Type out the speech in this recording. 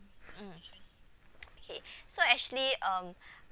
mm okay so actually um